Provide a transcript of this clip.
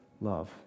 love